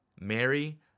Mary